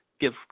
give